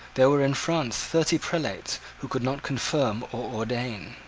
there were in france thirty prelates who could not confirm or ordain.